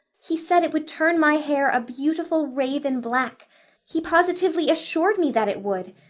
he said it would turn my hair a beautiful raven black he positively assured me that it would.